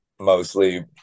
Mostly